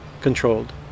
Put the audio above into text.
controlled